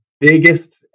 biggest